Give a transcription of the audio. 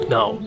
now